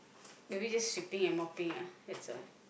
maybe just sweeping and mopping ah that's all